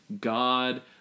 God